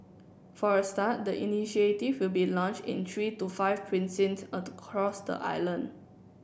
for a start the initiative will be launched in three to five precincts across the island